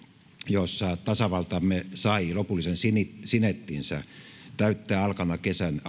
jossa tasavaltamme sai lopullisen sinettinsä täyttää alkavana